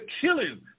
killing